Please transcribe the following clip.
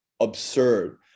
absurd